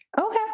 okay